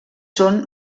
són